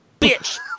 bitch